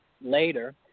later